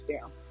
down